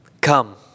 come